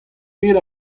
ket